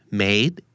made